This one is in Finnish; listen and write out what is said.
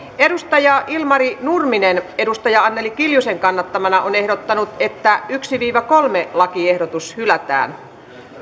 ilmari nurminen on anneli kiljusen kannattamana ehdottanut että ensimmäinen viiva kolmas lakiehdotus hylätään